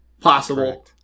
possible